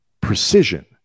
precision